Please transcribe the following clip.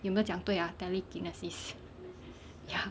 有没有讲对 ah telekinesis ya